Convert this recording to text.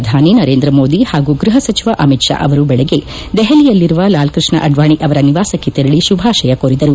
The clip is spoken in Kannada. ಪ್ರಧಾನಿ ನರೇಂದ್ರ ಮೋದಿ ಹಾಗೂ ಗೃಹ ಸಚಿವ ಅಮಿತ್ ಶಾ ಅವರು ಬೆಳಗ್ಗೆ ದೆಹಲಿಯಲ್ಲಿರುವ ಲಾಲ್ಕೃಷ್ಣ ಅಡ್ವಾಣಿ ಅವರ ನಿವಾಸಕ್ಕೆ ತೆರಳಿ ಶುಭಾಶಯ ಕೋರಿದರು